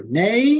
nay